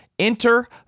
Enter